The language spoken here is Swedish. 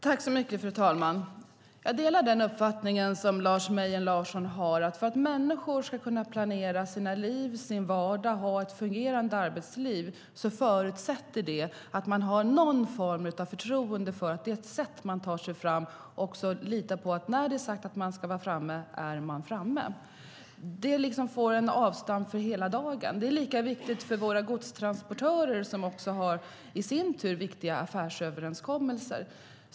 Fru talman! Jag delar den uppfattning som Lars Mejern Larsson har: För att människor ska kunna planera sina liv och sin vardag och ha ett fungerande arbetsliv förutsätts att man har någon form av förtroende för att det sätt man tar sig fram på fungerar. Man ska kunna lita på att man är framme när det är sagt att man ska vara framme. Det ger avstamp för hela dagen. Det är lika viktigt för våra godstransportörer, som i sin tur har viktiga affärsöverenskommelser.